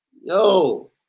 Yo